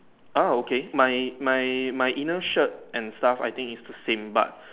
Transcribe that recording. ah okay my my my inner shirt and stuff I think is the same but